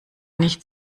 nicht